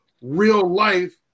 real-life